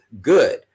good